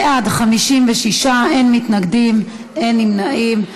בעד, 56, אין מתנגדים, אין נמנעים.